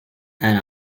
and